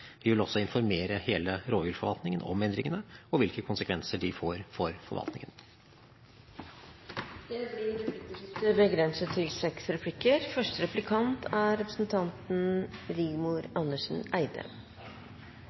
Vi vil også informere hele rovviltforvaltningen om endringene og hvilke konsekvenser de får for forvaltningen. Det blir replikkordskifte.